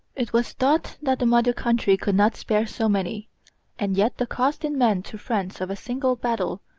it was thought that the mother country could not spare so many and yet the cost in men to france of a single battle,